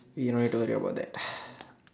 you don't worry about that